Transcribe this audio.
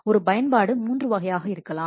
ஒரு பயன்பாடு மூன்று வகையாக இருக்கலாம்